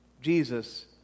Jesus